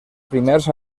primers